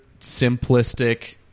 simplistic